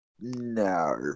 No